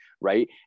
right